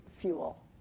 fuel